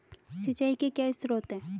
सिंचाई के क्या स्रोत हैं?